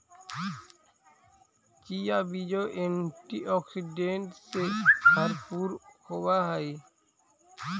chia बीज antioxidant से भरपूर होवअ हई